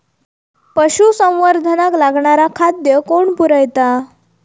पशुसंवर्धनाक लागणारा खादय कोण पुरयता?